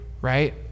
right